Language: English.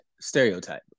stereotype